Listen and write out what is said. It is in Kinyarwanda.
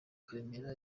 karemera